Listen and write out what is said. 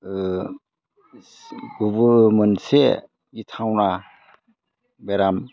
सोबखौबो मोनसे गिथावना बेराम